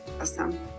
Awesome